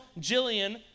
Jillian